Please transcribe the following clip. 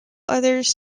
others